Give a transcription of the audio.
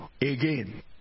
again